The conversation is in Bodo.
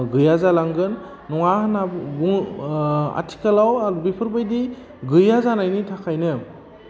गैया जालांगोन नङा होन्ना बुङोब्ला आथिखालाव बिफोरबायदि गैया जानायनि थाखायनो